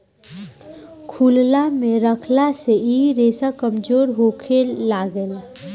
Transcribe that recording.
खुलला मे रखला से इ रेसा कमजोर होखे लागेला